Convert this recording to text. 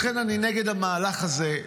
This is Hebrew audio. לכן אני נגד המהלך הזה.